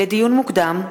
לדיון מוקדם: